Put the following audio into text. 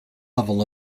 level